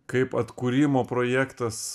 kaip atkūrimo projektas